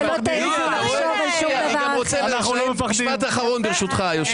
ברשותך היושב ראש, משפט אחרון.